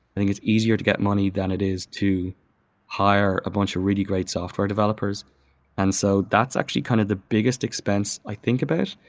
i think it's easier to get money than it is to hire a bunch of really great software developers and so that's actually kind of the biggest expense i think about.